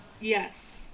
Yes